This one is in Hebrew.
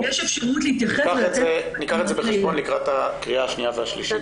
ניקח את זה בחשבון לקראת הקריאה השנייה והשלישית.